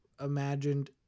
imagined